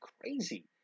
crazy